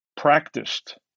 practiced